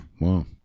Wow